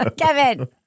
Kevin